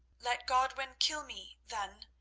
let godwin kill me, then,